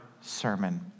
sermon